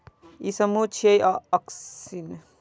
ई समूह छियै, auxin, gibberellin, cytokinin, ethylene आ एब्सिसिक एसिड